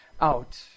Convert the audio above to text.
out